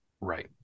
Right